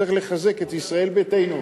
צריך לחזק את ישראל ביתנו.